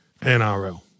NRL